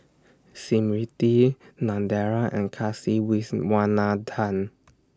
Smriti Narendra and Kasiviswanathan